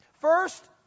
First